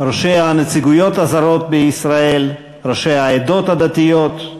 ראשי הנציגויות הזרות בישראל, ראשי העדות הדתיות,